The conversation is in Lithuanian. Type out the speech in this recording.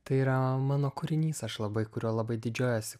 tai yra mano kūrinys aš labai kuriuo labai didžiuojuosi